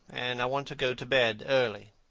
and i want to go to bed early.